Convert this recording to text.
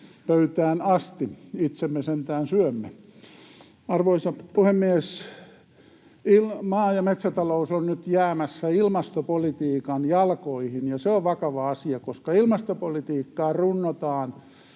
pöytään asti. Itse me sentään syömme. Arvoisa puhemies! Maa- ja metsätalous on nyt jäämässä ilmastopolitiikan jalkoihin, ja se on vakava asia, koska ilmastopolitiikkaa runnotaan